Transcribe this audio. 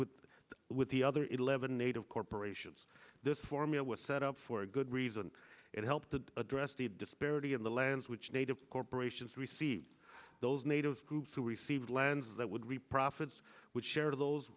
with with the other eleven native corporations this formula was set up for a good reason it helped to address the disparity of the lands which native corporations received those native groups who received lands that would reap profits would share to those